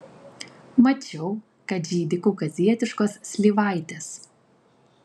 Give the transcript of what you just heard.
mačiau kad žydi kaukazietiškos slyvaitės